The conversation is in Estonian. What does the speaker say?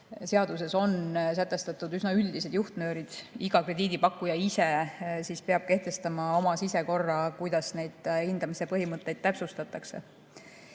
seaduses on sätestatud üsna üldised juhtnöörid. Iga krediidipakkuja peab ise kehtestama oma sisekorra, kuidas neid hindamise põhimõtteid täpsustatakse.